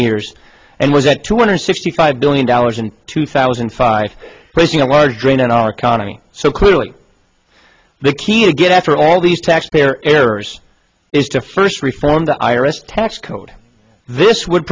years and was at two hundred sixty five billion dollars in two thousand and five pressing a large drain on our economy so clearly the key to get after all these taxpayer errors is to first reform the i r s tax code this would